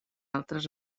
altres